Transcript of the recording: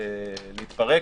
להתפרק